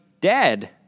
dead